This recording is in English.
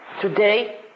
Today